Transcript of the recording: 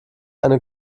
eine